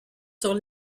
sur